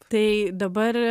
tai dabar